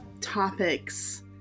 topics